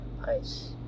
nice